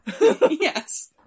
yes